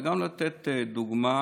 וגם לתת דוגמה